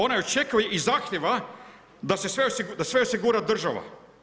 Ona očekuje iz zahtjeva, da sve osigura država.